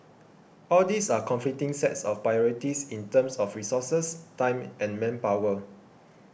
all these are conflicting sets of priorities in terms of resources time and manpower